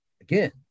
again